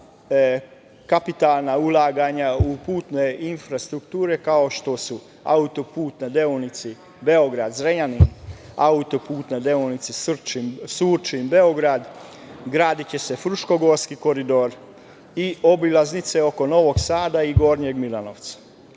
kapitalne ulaganja u putne infrastrukture, kao što su auto-put na deonici Beograd- Zrenjanin, auto-put na deonici Surčin – Beograd, gradiće se Fruškogorski koridor i obilaznice oko Novog Sada i Gornjeg Milanovca.Za